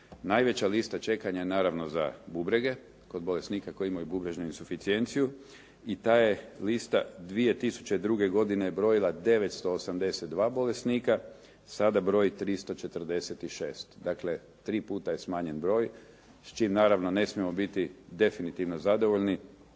Najveća lista čekanja naravno za bubrege, kod bolesnika koji imaju bubrežnu insuficijenciju. I ta je lista 2002. godine brojila 982 bolesnika, sada broji 346. Dakle, tri puta je smanjen broj, s čim naravno ne smijemo biti definitivno zadovoljni,